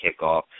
kickoff